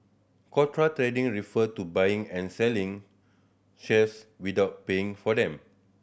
contra trading refer to buying and selling shares without paying for them